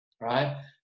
right